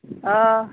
অঁ